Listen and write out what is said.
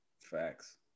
Facts